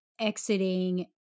exiting